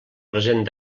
present